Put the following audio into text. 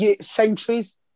centuries